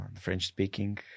French-speaking